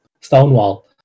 Stonewall